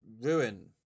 ruin